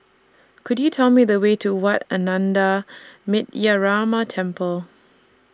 Could YOU Tell Me The Way to Wat Ananda Metyarama Temple